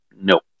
nope